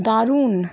দারুণ